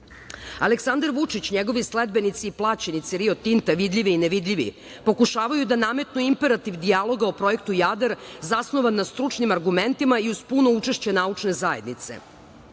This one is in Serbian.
Vučić i njegovi sledbenici, plaćenici "Rio Tinta", vidljivi i nevidljivi, pokušavaju da nametnu imperativ dijaloga o Projektu "Jadar", zasnovan na stručnim argumentima i uz puno učešće naučne zajednice.